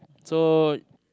so